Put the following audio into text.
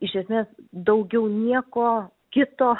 iš esmės daugiau nieko kito